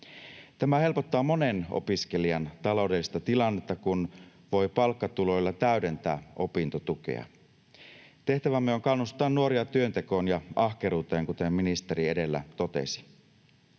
Tämä helpottaa monen opiskelijan taloudellista tilannetta, kun voi palkkatuloilla täydentää opintotukea. Tehtävämme on kannustaa nuoria työntekoon ja ahkeruuteen, kuten ministeri edellä totesi.